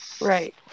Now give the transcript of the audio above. Right